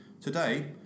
Today